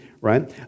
right